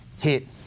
Hit